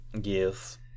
Yes